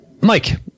Mike